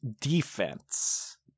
defense